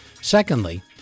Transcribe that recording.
Secondly